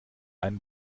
einen